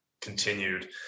continued